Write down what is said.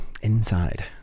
inside